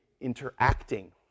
interacting